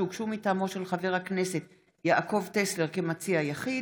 שהוגשו מטעמו של חבר הכנסת יעקב טסלר כמציע יחיד,